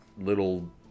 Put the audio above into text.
little